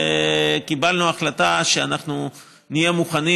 וקיבלנו החלטה שאנחנו נהיה מוכנים,